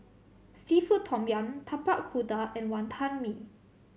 seafood tom yum Tapak Kuda and Wantan Mee